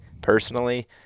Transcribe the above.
personally